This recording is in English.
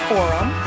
Forum